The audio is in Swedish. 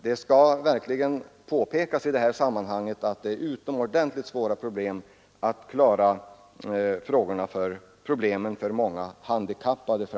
Det skall i detta sammanhang påpekas att det är utomordentligt svårt att lösa problemen för framför allt många handikappade.